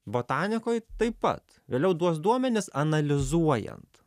botanikoj taip pat vėliau tuos duomenis analizuojant